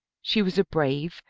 she was a brave,